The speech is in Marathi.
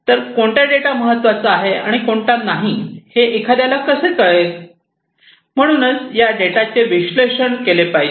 तर कोणता डेटा महत्त्वाचा आहे आणि कोणता नाही हे एखाद्याला कसे कळेल म्हणूनच या डेटाचे विश्लेषण केले पाहिजे